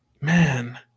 man